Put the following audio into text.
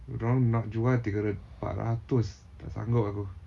dia orang nak jual tiga empat ratus tak sanggup aku